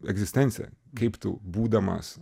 egzistencija kaip tu būdamas